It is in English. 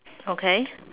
okay